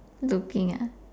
looking ah